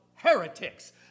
heretics